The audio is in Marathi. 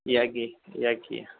या की या की